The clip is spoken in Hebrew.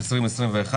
התשפ"א-2021,